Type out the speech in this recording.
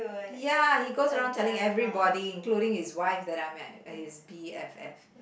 ya he goes around telling everybody including his wife that I'm his B_F_F